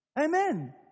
Amen